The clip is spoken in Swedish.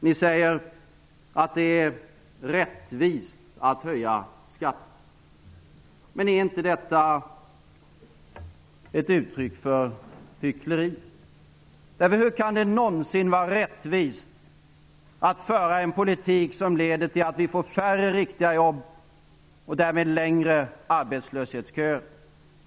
Ni säger att det är rättvist att höja skatterna. Men är inte detta ett uttryck för hyckleri? Hur kan det någonsin vara rättvist att föra en politik som leder till att vi får färre riktiga jobb och därmed längre arbetslöshetsköer?